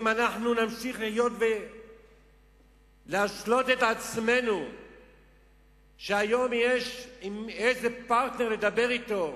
אם אנחנו נמשיך להשלות את עצמנו שהיום יש איזה פרטנר לדבר אתו,